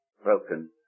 broken